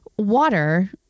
water